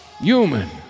Human